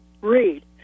read